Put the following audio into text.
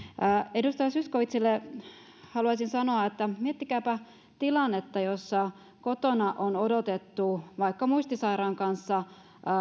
edustaja zyskowiczille haluaisin sanoa että miettikääpä tilannetta jossa kotona on odotettu vaikka muistisairaan kanssa